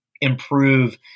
improve